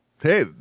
Hey